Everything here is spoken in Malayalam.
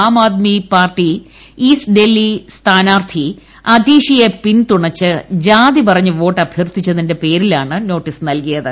ആം ആദ്മി പാർട്ടി ഈസ്റ്റ് ഡൽഹി സ്ഥാനാർത്ഥി അതീഷിയെ പിന്തുണച്ച് ജാതി പറഞ്ഞ് വോട്ട് അഭ്യർത്ഥിച്ചതിന്റെ പേരിലാണ് നോട്ടീസ് നല്കിയത്